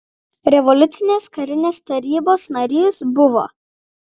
revoliucinės karinės tarybos narys buvo